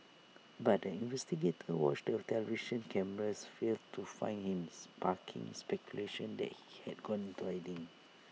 but the investigators watched television cameras failed to find him sparking speculation that he he had gone into hiding